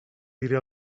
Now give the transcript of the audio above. diré